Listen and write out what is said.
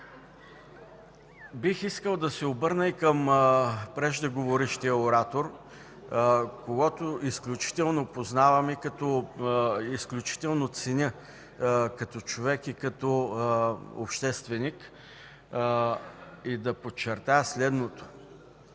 Бих искал да се обърна и към преждеговорившия оратор, когото познавам и изключително ценя като човек и като общественик, и да подчертая следното.